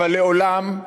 אבל לעולם,